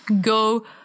go